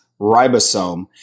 ribosome